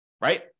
Right